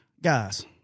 guys